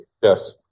Yes